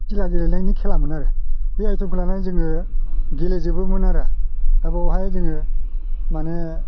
गिला गेलेनायनि खेलामोन आरो बे आइथेमखौ लानानै जोङो गेलेजोबोमोन आरो दा बावहाय जोङो मानि